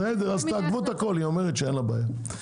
בסדר, אז תעכבו את הכול, היא אומרת שאין לה בעיה.